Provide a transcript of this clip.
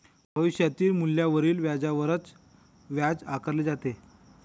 भविष्यातील मूल्यावरील व्याजावरच व्याज आकारले जाते